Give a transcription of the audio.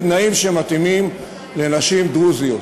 בתנאים שמתאימים לנשים דרוזיות.